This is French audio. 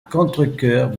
contrecœur